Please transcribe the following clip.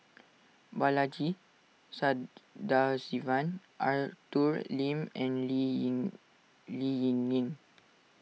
Balaji Sadasivan Arthur Lim and Lee Ling Lee Ling Yen